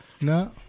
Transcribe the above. No